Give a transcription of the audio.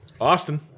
Austin